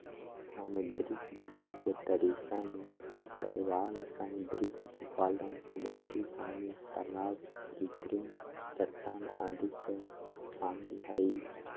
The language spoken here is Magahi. समुद्री कृषि के तरीका में शैवाल समुद्री पशुपालन, समुद्री पानी, तलाब कृत्रिम चट्टान आदि सब शामिल हइ